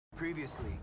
Previously